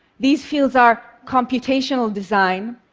these fields are computational design,